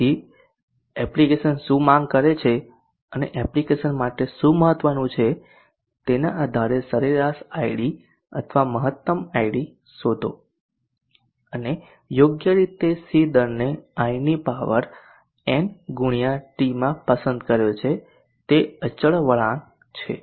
તેથી એપ્લિકેશન શું માંગ કરે છે અને એપ્લિકેશન માટે શું મહત્વનું છે તેના આધારે સરેરાશ id અથવા મહત્તમ id શોધો અને યોગ્ય રીતે C દરને i ની પાવર n ગુણ્યા t માં પસંદ કર્યો છે તે અચળ વળાંક છે